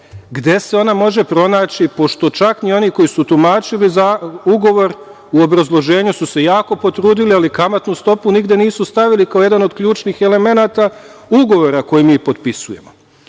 gde se ona može pronaći, pošto čak i oni koji su tumačili ugovor u obrazloženju su se jako potrudili, ali kamatnu stopu nigde nisu stavili kao jedan od ključnih elemenata ugovora koji mi potpisujemo? Dakle,